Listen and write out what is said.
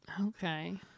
okay